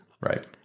Right